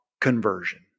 conversion